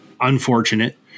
unfortunate